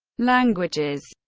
languages